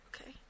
okay